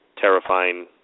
terrifying